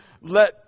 let